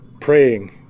praying